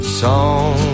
song